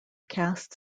caste